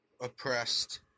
oppressed